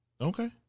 Okay